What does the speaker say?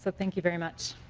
thank you very much.